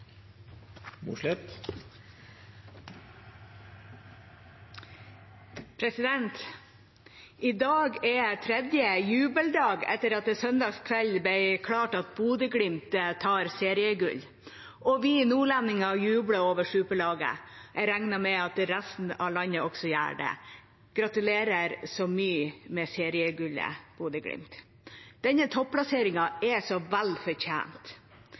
tredje jubeldag etter at det søndag kveld ble klart at Bodø/Glimt tar seriegull. Vi nordlendinger jubler over superlaget. Jeg regner med at resten av landet også gjør det. Gratulerer så mye med seriegullet, Bodø/Glimt! Denne topplasseringen er så vel